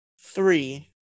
Three